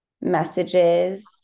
messages